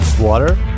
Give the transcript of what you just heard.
water